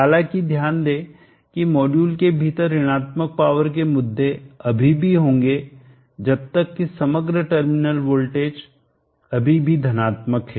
हालांकि ध्यान दें कि मॉड्यूल के भीतर ऋणात्मक पावर के मुद्दे अभी भी होंगे जब तक कि समग्र टर्मिनल वोल्टेज अभी भी धनात्मक है